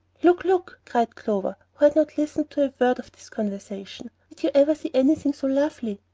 look, look! cried clover, who had not listened to a word of this conversation did you ever see anything so lovely?